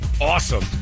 awesome